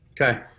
Okay